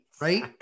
Right